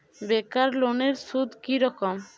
বেকার লোনের সুদ কি রকম?